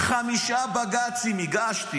חמישה בג"צים הגשתי